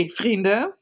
vrienden